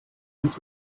was